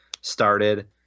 started